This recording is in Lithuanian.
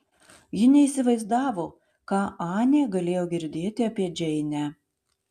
ji neįsivaizdavo ką anė galėjo girdėti apie džeinę